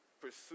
pursue